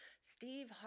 Steve